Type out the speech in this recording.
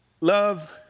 love